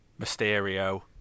Mysterio